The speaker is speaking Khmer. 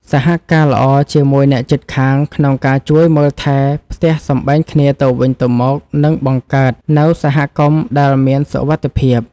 សហការល្អជាមួយអ្នកជិតខាងក្នុងការជួយមើលថែផ្ទះសម្បែងគ្នាទៅវិញទៅមកនឹងបង្កើតនូវសហគមន៍ដែលមានសុវត្ថិភាព។